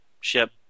ship